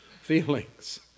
feelings